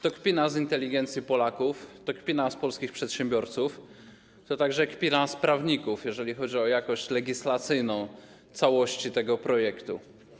To kpina z inteligencji Polaków, to kpina z polskich przedsiębiorców, to także kpina z prawników, jeżeli chodzi o jakość legislacyjną całości tego projektu.